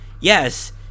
yes